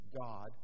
God